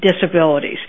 disabilities